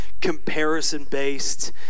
comparison-based